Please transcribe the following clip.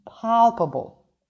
palpable